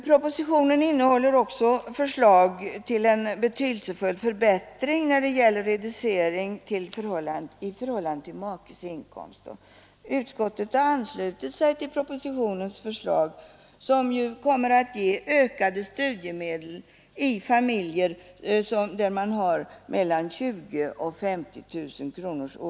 Propositionen innehåller också förslag till en betydelsefull förbättring av reglerna om reducering av studiemedel i förhållande till makes inkomst. Utskottet har anslutit sig till propositionens förslag, som ju kommer att ge ökade studiemedel till familjer med en årsinkomst på mellan 20 000 och 50 000 kronor.